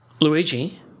Luigi